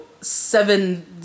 seven